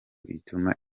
ituma